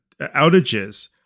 outages